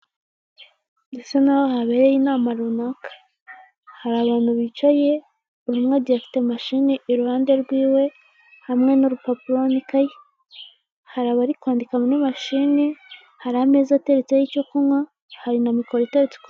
Uruganda rw'amata, utubuni turi mu gatajeri rw'ibara ry'umweru turimo amata, igikoresho babikamo amata kiri iruhande rwabyo.